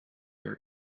are